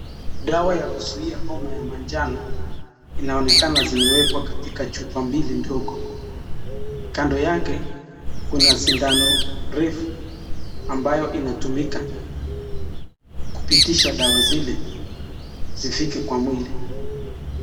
Dawa ya kuzuia homa ya manjano inaonekana zimewekwa katika chupa mbili ndogo. Kando yake kuna sindano refu ambayo inatumika kupitisha dawa zile zifike kwa mwili.